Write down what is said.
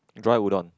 dried Udon